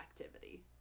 activity